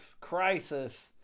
crisis